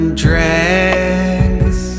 drags